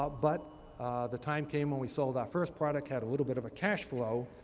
ah but the time came when we sold our first product, had a little bit of a cash flow,